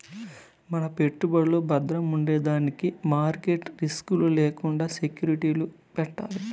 మన పెట్టుబడులు బద్రముండేదానికి మార్కెట్ రిస్క్ లు లేకండా సెక్యూరిటీలు పెట్టాలి